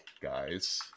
guys